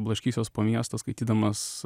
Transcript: blaškysiuos po miestą skaitydamas